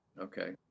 okay